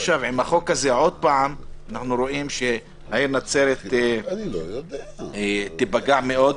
עם החוק הזה עוד פעם אנחנו רואים שהעיר נצרת תיפגע מאוד,